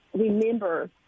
remember